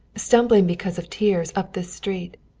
stumbling because of tears, up the street.